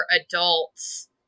adults